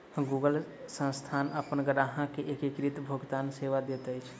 Google संस्थान अपन ग्राहक के एकीकृत भुगतान सेवा दैत अछि